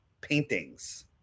paintings